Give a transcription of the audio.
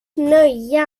nöje